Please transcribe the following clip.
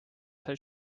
sai